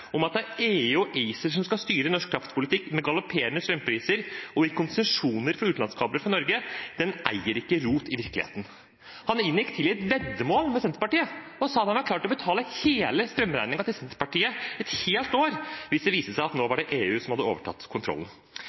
og ACER styre norsk kraftproduksjon, med galopperende strømpriser, og gi konsesjoner for utenlandskabler fra Norge – ingenting med rot i virkeligheten.» Han inngikk til og med et veddemål med Senterpartiet og sa at han var klar til å betale hele strømregningen til partiet et helt år hvis det viste seg at det nå var EU som hadde overtatt kontrollen.